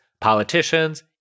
politicians